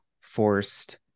forced